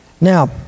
Now